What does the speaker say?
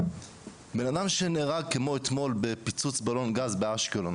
בן אדם שנהרג, כמו אתמול, בפיצוץ בלון גז באשקלון,